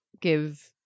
give